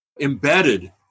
embedded